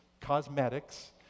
cosmetics